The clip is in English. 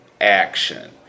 action